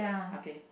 okay